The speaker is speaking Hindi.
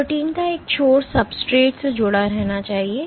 तो प्रोटीन का एक छोर सब्सट्रेट से जुड़ा रहना चाहिए